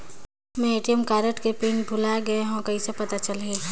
मैं ATM card के PIN भुलाए गे हववं कइसे पता चलही?